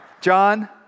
John